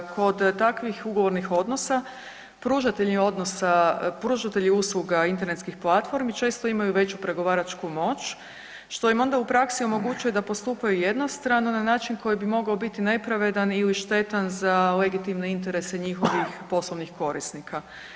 Kod takvih ugovornih odnosa pružatelji odnosa, pružatelji usluga internetskih platformi često imaju veću pregovaračku moć, što im onda u praksi omogućuje da postupaju jednostrano na način koji bi mogao biti nepravedan ili štetan za legitimne interese njihovih poslovnih korisnika.